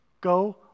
Go